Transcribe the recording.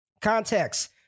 context